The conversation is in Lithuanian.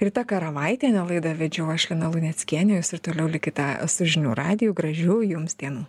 rita karavaitienė laidą vedžiau aš lina luneckienė jūs ir toliau likite su žinių radiju gražių jums dienų